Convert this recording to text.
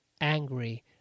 angry